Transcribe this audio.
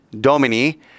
Domini